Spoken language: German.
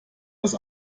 das